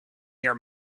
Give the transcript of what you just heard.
your